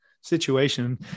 Situation